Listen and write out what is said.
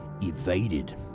evaded